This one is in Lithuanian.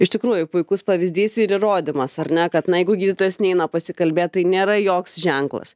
iš tikrųjų puikus pavyzdys ir įrodymas ar ne kad na jeigu gydytojas neina pasikalbėt tai nėra joks ženklas